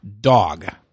dog